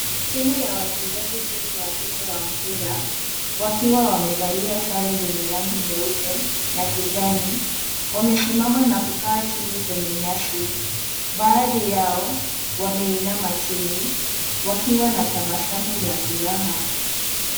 Timu ya wachezaji kumi wa kike wa mpira, wakiwa wamevalia sare zenye rangi nyeupe na kijani, wamesimama na kukaa chini kwenye nyasi. Baadhi yao wameinama chini, wakiwa na tabasamu la furaha.